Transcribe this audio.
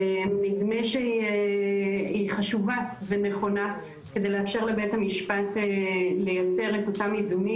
נדמה שהיא חשובה ונכונה כדי לאפשר לבית המשפט לייצר את אותם איזונים